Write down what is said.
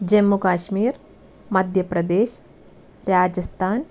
Jammu Kashmir Madhya Pradesh Rajasthan